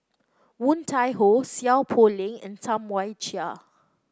Woon Tai Ho Seow Poh Leng and Tam Wai Jia